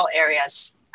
areas